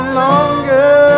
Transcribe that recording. longer